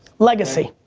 legacy.